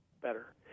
better